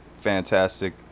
fantastic